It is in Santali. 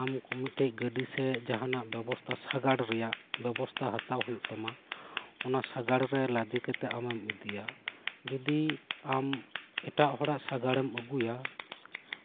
ᱟᱢ ᱢᱤᱫᱴᱮᱱ ᱜᱟᱹᱰᱤ ᱥᱮ ᱡᱟᱦᱟᱱᱟᱜ ᱵᱮᱵᱚᱥᱛᱷᱟ ᱥᱟᱜᱟᱬ ᱨᱮᱭᱟᱜ ᱵᱮᱵᱚᱥᱛᱷᱟ ᱦᱟᱛᱟᱣ ᱦᱩᱭᱩᱜ ᱛᱟᱢᱟ ᱚᱱᱟ ᱥᱟᱜᱟᱲ ᱨᱮ ᱞᱟᱸᱫᱮ ᱠᱟᱛᱮᱫ ᱟᱢᱮᱢ ᱤᱫᱤᱭᱟ ᱡᱩᱫᱤ ᱟᱢ ᱮᱴᱟᱜ ᱦᱚᱲᱟᱜ ᱥᱟᱜᱟᱬ ᱮᱢ ᱟᱹᱜᱩᱭᱟ